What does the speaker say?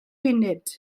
funud